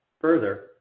Further